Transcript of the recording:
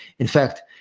in fact,